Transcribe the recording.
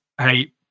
hey